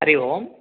Hari Om